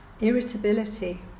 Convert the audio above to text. irritability